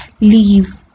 leave